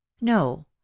no